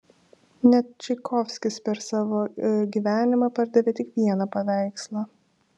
net čaikovskis per savo gyvenimą pardavė tik vieną paveikslą